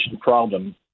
problem